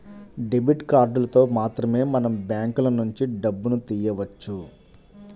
debit కార్డులతో మాత్రమే మనం బ్యాంకులనుంచి డబ్బును తియ్యవచ్చు